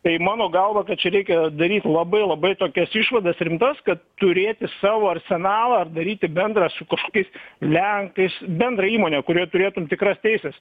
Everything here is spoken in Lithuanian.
tai mano galva kad čia reikia daryt labai labai tokias išvadas rimtas kad turėti savo arsenalą ar daryti bendrą su kažkokiais lenkais bendrą įmonę kurioje turėtum tikras teises